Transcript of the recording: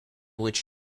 which